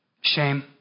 Shame